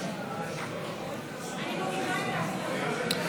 תוספת תקציב לא נתקבלו.